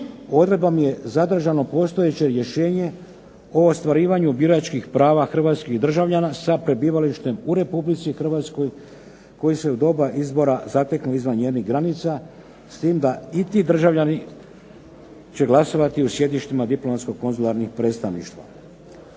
Odredbom je zadržano postojeće rješenje o ostvarivanju biračkih prava hrvatskih državljana sa prebivalištem u Republici Hrvatskoj koji se u doba izbora zatekne izvan njenih granica, s tim da i ti državljani će glasovati u sjedištima diplomatsko-konzularnih predstavništva.